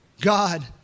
God